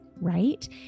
right